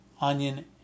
onion